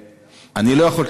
אני לא יכול,